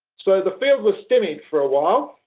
so the field was stymied for a while,